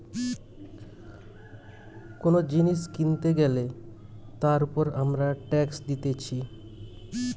কোন জিনিস কিনতে গ্যালে তার উপর আমরা ট্যাক্স দিতেছি